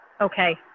Okay